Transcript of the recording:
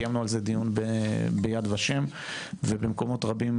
קיימנו על זה דיון ביד ושם ובמקומות רבים,